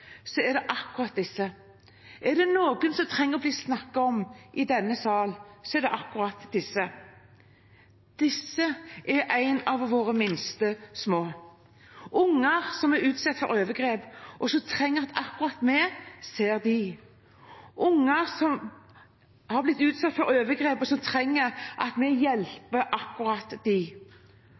så er det akkurat disse. Er det noen som trenger å bli snakket om i denne salen, så er det akkurat disse; disse er en av våre minste små. Unger som er utsatt for overgrep, og som trenger at akkurat vi ser dem, unger som har blitt utsatt for overgrep, og som trenger at vi hjelper akkurat